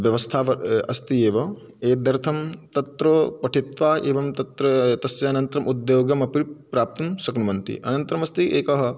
व्यवस्था व् अस्ति एव एतदर्थं तत्र पठित्वा एव तत्र तस्य अनंतरम् उद्योगमपि प्राप्तुं शक्नुवन्ति अनंतरमस्ति एकः